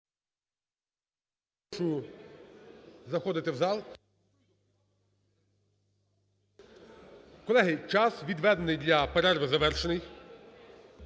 Прошу заходити в зал. Колеги, час, відведений для перерви, завершений.